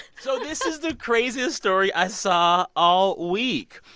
so this is the craziest story i saw all week.